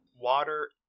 water